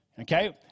Okay